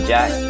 Jack